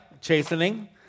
chastening